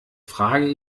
frage